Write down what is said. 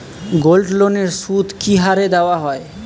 গোল্ডলোনের সুদ কি হারে দেওয়া হয়?